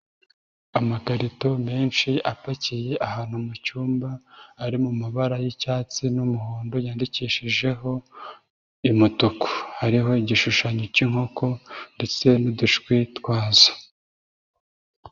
Amakarito menshi apakiye ahantu mu cyumba ari mu mabara y'icyatsi n'umuhondo yandikishijeho umutuku, hariho igishushanyo k'inkoko ndetse n'udushwi twazo.